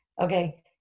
Okay